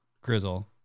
Grizzle